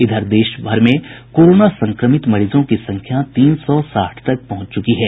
इधर देशभर में कोरोना संक्रमित मरीजों की संख्या तीन सौ साठ तक पहुंच चुकी है